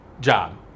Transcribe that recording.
job